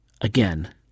Again